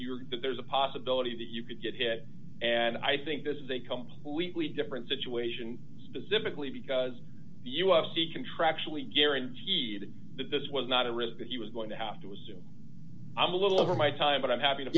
e that there's a possibility that you could get hit and i think this is a completely different situation specifically because u s c contractually guaranteed that this was not a risk that he was going to have to assume i'm a little over my time but i'm ha